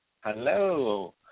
Hello